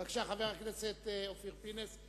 בבקשה, חבר הכנסת אופיר פינס.